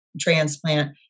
transplant